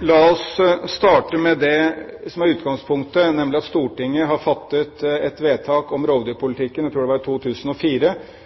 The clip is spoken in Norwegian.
La oss starte med det som er utgangspunktet, nemlig at Stortinget har fattet et vedtak om rovdyrpolitikken, jeg tror det var i 2004